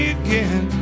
again